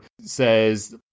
says